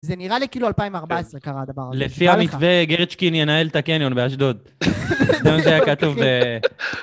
זה נראה לי כאילו 2014 קרה הדבר הזה. לפי המתווה, גרצ'קין ינהל את הקניון באשדוד. זה מה שהיה כתוב ב...